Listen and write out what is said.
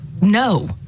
no